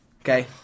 okay